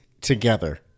together